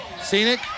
Scenic